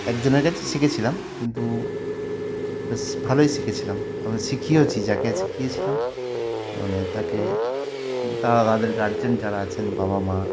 একজনের কাছে শিখেছিলাম কিন্তু বেশ ভালোই শিখেছিলাম আমি শিখিয়েওছি যাকে শিখিয়েছিলাম মানে তাকে তারা তাদের গার্জেন যারা আছেন বাবা মা